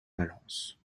balance